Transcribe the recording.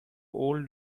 old